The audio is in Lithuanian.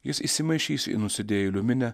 jis įsimaišys į nusidėjėlių minią